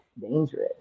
dangerous